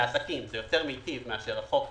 לעסקים זה יותר מיטיב מאשר החוק הרגיל,